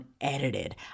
unedited